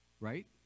right